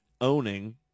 owning